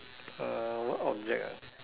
uh what object ah